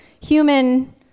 human